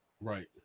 Right